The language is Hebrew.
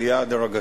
עלייה הדרגתית.